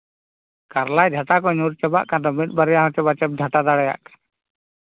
ᱠᱟᱨᱞᱟ ᱡᱷᱟᱴᱟ ᱠᱚ ᱧᱩᱨ ᱪᱟᱵᱟᱜ ᱠᱟᱱ ᱫᱚ ᱢᱤᱫ ᱵᱟᱨᱭᱟ ᱦᱚᱪᱚ ᱵᱟᱪᱚᱢ ᱡᱷᱟᱴᱟ ᱫᱟᱲᱮᱭᱟᱜ ᱠᱟᱱᱟ